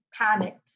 panicked